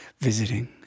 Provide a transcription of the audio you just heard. visiting